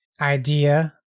idea